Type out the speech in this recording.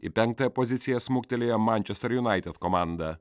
į penktąją poziciją smuktelėjo mančesterio junaited komanda